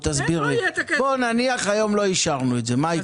תסביר לי, נניח היום לא אישרנו את זה, מה יקרה?